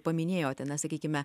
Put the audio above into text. paminėjote na sakykime